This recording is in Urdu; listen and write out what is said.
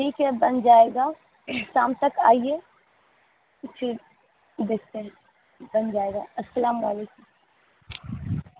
ٹھیک ہے بن جائے گا شام تک آئیے ٹھیک دیکھتے ہیں بن جائے گا السلام علیکم